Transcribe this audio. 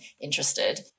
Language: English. interested